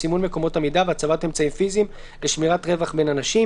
סימון מקומות עמידה והצבת אמצעים פיזיים לשמירת רווח בין אנשים,